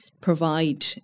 provide